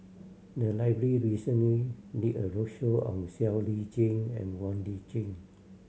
the library recently did a roadshow on Siow Lee Chin and Wong Lip Chin